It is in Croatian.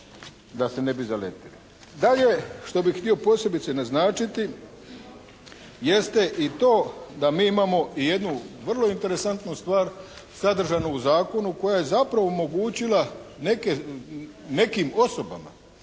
da se ne bi zaletili. Dalje što bih htio posebice naznačiti jeste i to da mi imamo i jednu vrlo interesantnu stvar sadržanu u zakonu koja je zapravo omogućila nekim osobama